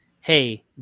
hey